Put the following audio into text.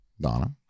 Donna